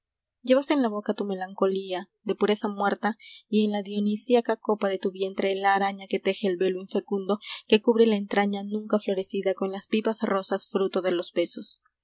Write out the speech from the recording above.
llevas en la boca tu melancolía de pureza muerta y en la dionisíaca copa de tu vientre la araña que teje el velo infecundo que cubre la entraña punca florecida con las vivas rosas fruto de los besos